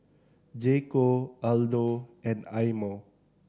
J Co Aldo and Eye Mo